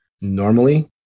normally